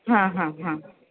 हां हां हां